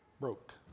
broke